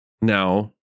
now